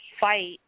fight